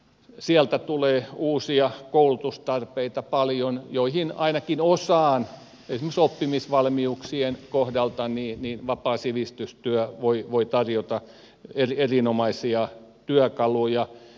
sieltä tulee uusia koulutustarpeita paljon joista ainakin osaan esimerkiksi oppimisvalmiuksien kohdalla vapaa sivistystyö voi tarjota erinomaisia työkaluja